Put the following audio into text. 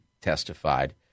testified